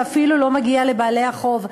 ואפילו לא מגיע לבעלי החוב.